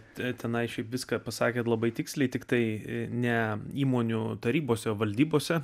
tenai šiaip viską pasakėte labai tiksliai tiktai ne įmonių tarybose valdybose